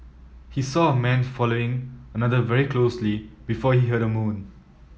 he saw a man following another very closely before he heard a moan